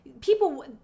people